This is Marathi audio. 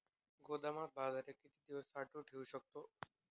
गोदामात बाजरी किती दिवस साठवून ठेवू शकतो?